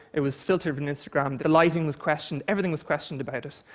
it was filtered in instagram. the lighting was questioned. everything was questioned about it.